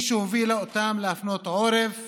היא שהובילה אותם להפנות עורף